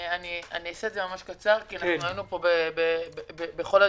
אני אעשה את זה קצר, כי היינו פה בכל הדיונים.